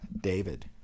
David